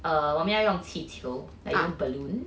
err 我们要用气球 like you know balloon